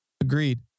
Agreed